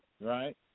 right